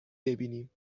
ببینیم